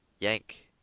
yank,